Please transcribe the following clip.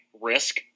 risk